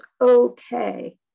okay